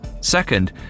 Second